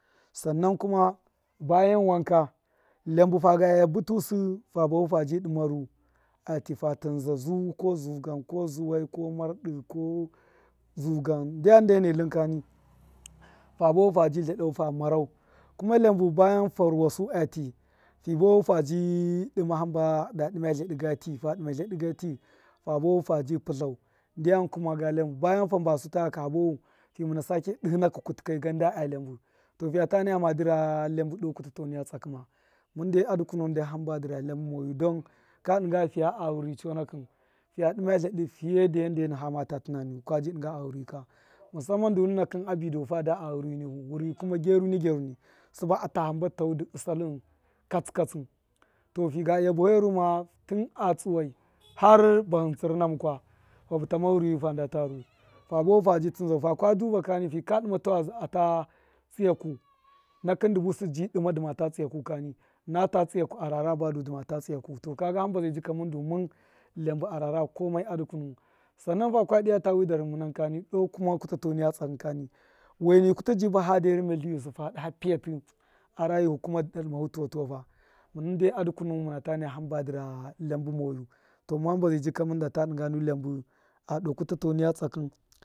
Sannan kuma bayan wanka iyabṫ faga iya butusṫ fa bafu faji dṫma ru ati fa tṫnza zu ko zugan ko zuwai ko maidṫ ko zugan ndtm dai neitin kani fa buwahu faji itadau fa mara kuma iyabṫ bayan fa ruwasu ati fi buwahu fa di dṫma hṫmba da dṫma itadṫ ga tṫ fa buwahu faji pṫtau ndyam kuma ga iyabṫ, bayan fa mba su taakafa buwahu fi muna sake duhṫnakṫ kutṫ kai gan ndaaiyabi to fiyei ta neina ma dṫ ra iyabṫ doo kutato niya tsakṫma, mun dai adukunuhun dai hamba dṫ ra iyabṫ moyu don ka dṫga fiya a wuri chonakṫn fiya dṫma iyadṫ feye da yanda fama tu tunaniyu kwaji dṫnga aghṫrwṫ ka, musamman du nuna kṫn abi dau fada a ghṫrwi nifu ghṫrwṫ kuma gyaruni gyaruni sṫba a ta hambatua dṫ ṫsaltṫn ṫsalṫn katsṫ katsi to figa iya bafe ru ma tun a tsuwai har bahin tsir na mukwa, fa butama ghṫrwṫ yu fan nda ta ru, fa buwahu fa bi tinzau fa kwa duba kani fa kwa dṫme, taweizi ata tsṫyaku nakṫn dṫ busṫ, bi dṫma dṫma ta tsiyaku kani na ta tsiyaku a rara badu dṫmata tsṫyaku to ka ga hamba zai jika mṫn du mṫn iyabi a mara komai a dukunuwu sannan fakwa dṫya tu wi darhṫ munan ka do ruma kutato niya tsakṫn ka ni waini kutṫ ji bahade ruma itṫwṫyusṫ fa daha piyati a rayihu kuma dṫ dadṫmahu tuwa tuwafa, munde a dukunuwun himba dṫ ra iyabi moyu, to mun hamba zai ji ka mun da ta dṫga nu iyabi a doo kutato niye tsakṫn.